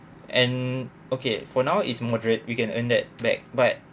and okay for now is moderate we can earn that back but